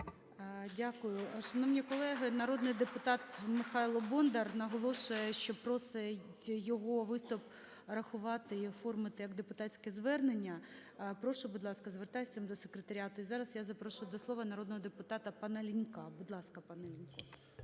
Дякую. Шановні колеги, народний депутат Михайло Бондар наголошує, що просить його виступ рахувати і оформити як депутатське звернення. Прошу, будь ласка, звертаюсь з цим до секретаріату. І зараз я запрошую до слова народного депутата пана Лінька. Будь ласка, пане Лінько.